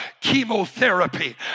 chemotherapy